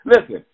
listen